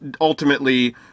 ultimately